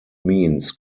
means